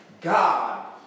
God